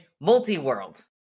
multi-world